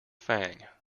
fang